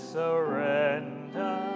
surrender